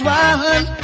one